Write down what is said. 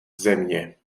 země